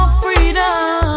freedom